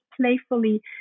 playfully